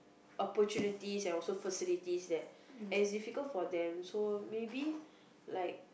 opportunities and also facilities that as difficult for them so maybe like